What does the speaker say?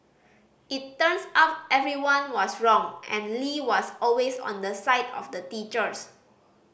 it turns out everyone was wrong and Lee was always on the side of the teachers